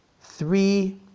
three